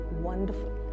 wonderful